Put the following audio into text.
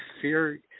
fear